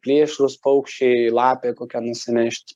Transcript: plėšrūs paukščiai lapė kokia nusinešt